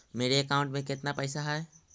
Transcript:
मेरे अकाउंट में केतना पैसा है?